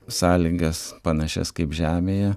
sąlygas panašias kaip žemėje